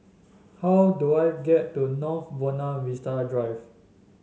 how do I get to North Buona Vista Drive